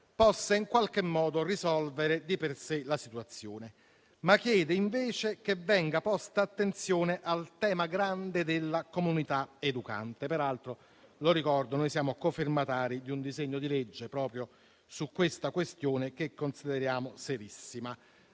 penale, possa risolvere di per sé la situazione, ma chiede che venga posta attenzione al tema grande della comunità educante. Tra l'altro, ricordo che siamo cofirmatari di un disegno di legge proprio su tale questione, che consideriamo serissima,